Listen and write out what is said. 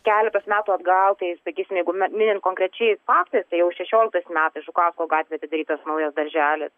keletas metų atgal tai sakysim jeigu m minint konkrečiais faktais tai jau šešioliktais metais žukausko gatvėj atidarytas naujas darželis